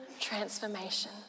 transformation